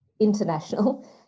international